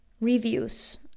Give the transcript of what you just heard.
reviews